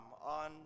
on